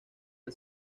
del